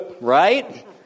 Right